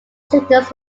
signals